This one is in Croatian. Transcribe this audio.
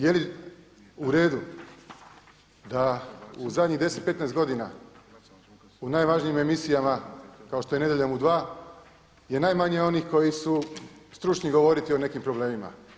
Jeli uredu da u zadnjih 10, 15 godina u najvažnijim emisijama kao što je Nedjeljom u 2 je najmanje onih koji su stručni govoriti o nekim problemima.